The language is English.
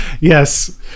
Yes